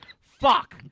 Fuck